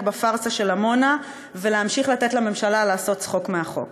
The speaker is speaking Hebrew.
בפארסה של עמונה ולהמשיך לתת לממשלה לעשות צחוק מהחוק.